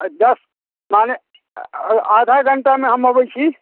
अ just माने आ आधाघण्टा मे हम अबै छी